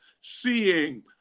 seeing